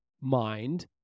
mind